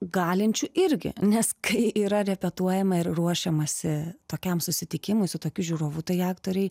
galinčių irgi nes kai yra repetuojama ir ruošiamasi tokiam susitikimui su tokiu žiūrovu tai aktoriai